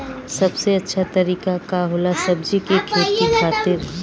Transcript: सबसे अच्छा तरीका का होला सब्जी के खेती खातिर?